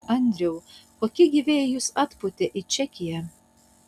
andriau kokie gi vėjai jus atpūtė į čekiją